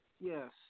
Yes